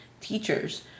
teachers